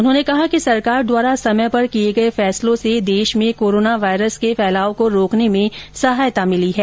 उन्होंने कहा कि सरकार द्वारा समय पर किए गए फैसलों से देश में कोरोना वायरस के फैलाव को रोकने में सहायता मिली है